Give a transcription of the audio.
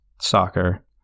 soccer